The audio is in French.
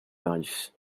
marius